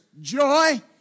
joy